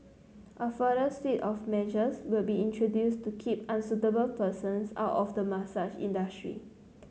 a further suite of measures will be introduced to keep unsuitable persons out of the massage industry